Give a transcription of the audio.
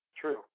true